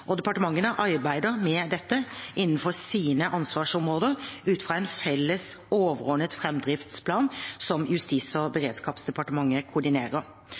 og departementene arbeider med dette innenfor sine ansvarsområder ut fra en felles overordnet framdriftsplan som Justis- og beredskapsdepartementet koordinerer.